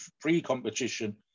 pre-competition